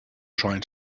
trying